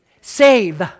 save